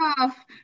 off